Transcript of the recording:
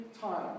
time